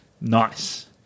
Nice